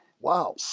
Wow